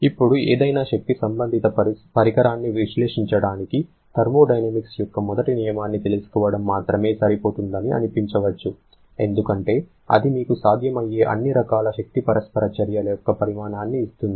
ఇప్పుడు ఏదైనా శక్తి సంబంధిత పరికరాన్ని విశ్లేషించడానికి థర్మోడైనమిక్స్ యొక్క మొదటి నియమాన్ని తెలుసుకోవడం మాత్రమే సరిపోతుందని అనిపించవచ్చు ఎందుకంటే అది మీకు సాధ్యమయ్యే అన్ని రకాల శక్తి పరస్పర చర్యల యొక్క పరిమాణాన్ని ఇస్తుంది